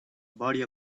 body